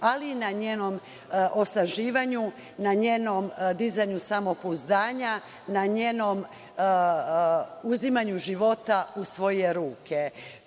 ali i na njenom osnaživanju, na njenom dizanju samopouzdanja, na njenom uzimanju života u svoje ruke.